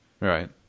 Right